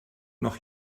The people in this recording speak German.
noch